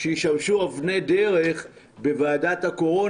גם יושב-ראש ועדת החוקה הסכים --- רגע,